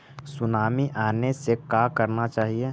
Tsunami आने से का करना चाहिए?